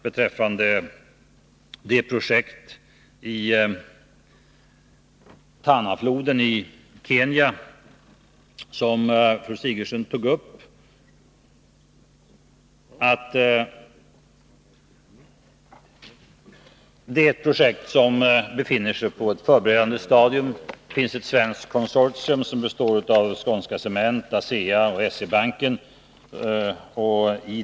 Beträffande det projekt i Tanafloden i Kenya, som fru Sigurdsen tog upp, vill jag säga att det är ett projekt som befinner sig på ett förberedande 167 stadium. Det finns ett svenskt konsortium som består av Skånska Cement, ASEA och SE-banken.